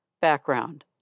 Background